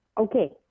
Okay